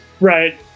right